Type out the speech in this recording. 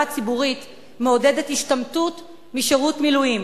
הציבורית מעודדת השתמטות משירות מילואים.